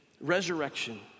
resurrection